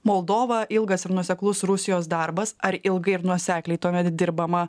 moldovą ilgas ir nuoseklus rusijos darbas ar ilgai ir nuosekliai tuomet dirbama